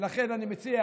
ולכן אני מציע